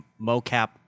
mocap